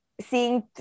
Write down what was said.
seeing